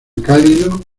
cálido